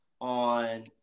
on